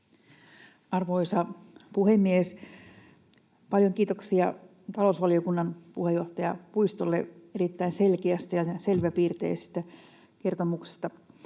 Arvoisa puhemies! Paljon kiitoksia talousvaliokunnan puheenjohtaja Puistolle erittäin selkeästä ja selväpiirteisestä kertomuksesta.